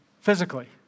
physically